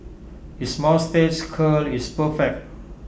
his moustache curl is perfect